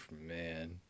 Man